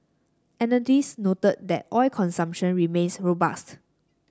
analysts noted that oil consumption remains robust